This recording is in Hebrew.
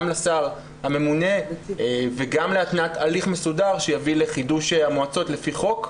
לשר הממונה וגם להתנעת הליך מסודר שיביא לחידוש המועצות לפי חוק.